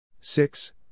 six